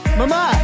mama